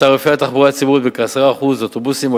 בתעריפי התחבורה הציבורית בכ-10% אוטובוסים,